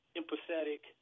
empathetic